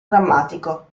drammatico